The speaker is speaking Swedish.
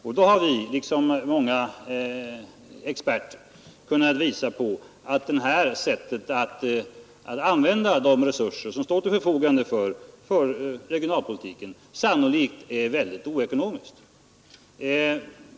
Och då har jag, liksom många experter, kunnat visa på att det här sättet att använda de resurser som står till förfogande för regionalpolitiken sannolikt är väldigt oekonomiskt.